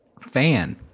Fan